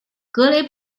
格雷